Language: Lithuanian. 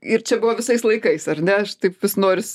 ir čia buvo visais laikais ar ne aš taip vis noris